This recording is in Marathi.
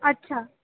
अच्छा